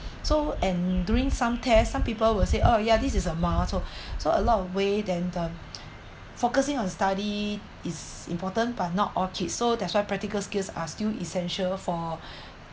so and during some test some people will say oh yeah this is a motor so a lot of way than uh focusing on study is important but not all kids so that's why practical skills are still essential for